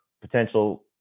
potential